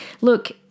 look